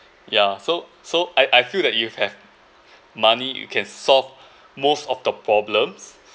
ya so so I I feel that you've have money you can solve most of the problems